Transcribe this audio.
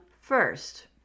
first